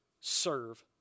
serve